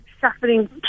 suffering